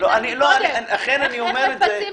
אני מנסה